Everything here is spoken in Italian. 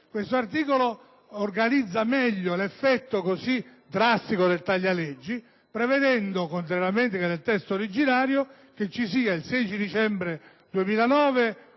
Questo articolo organizza meglio l'effetto, così drastico, del taglia-leggi prevedendo, contrariamente al testo originario: che il 16 dicembre 2009